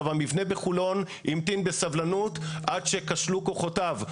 המבנה בחולון המתין בסבלנות עד שכשלו כוחותיו.